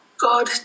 God